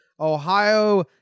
Ohio